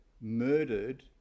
murdered